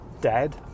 dead